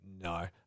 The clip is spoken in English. No